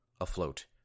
afloat